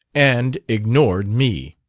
and ignored me